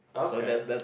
okay